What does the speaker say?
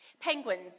Penguins